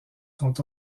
sont